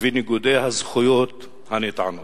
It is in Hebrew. וניגודי הזכויות הנטענות.